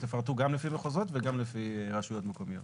תפרטו גם לפי מחוזות וגם לפי רשויות מקומיות.